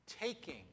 Taking